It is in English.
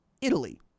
Italy